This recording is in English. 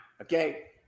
okay